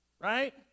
right